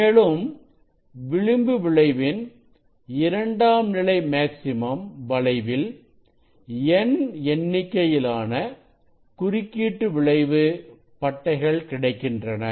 மேலும் விளிம்பு விளைவுவின் இரண்டாம் நிலை மேக்சிமம் வளைவில் n எண்ணிக்கையிலான குறுக்கீட்டு விளைவு பட்டைகள் கிடைக்கின்றன